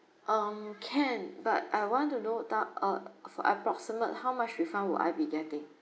um can but I want to know that uh for approximate how much refund will I be getting